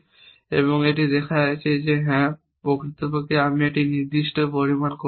এবং এটি দেখা যাচ্ছে যে হ্যাঁ প্রকৃতপক্ষে আপনি একটি নির্দিষ্ট পরিমাণ করতে পারেন